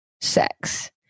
sex